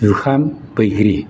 जुखाम बैग्रि